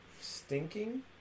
Stinking